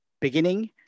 beginning